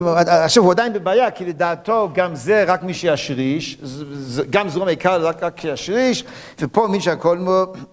עכשיו הוא עדיין בבעיה כי לדעתו גם זה רק מי שישריש, גם זרום העיקר רק מי שישריש, ופה מי שהכל מו...